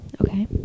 Okay